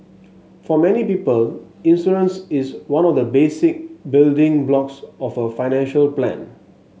for many people insurance is one of the basic building blocks of a financial plan